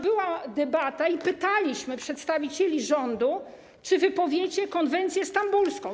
Była debata i pytaliśmy przedstawicieli rządu, czy wypowiecie konwencję stambulską.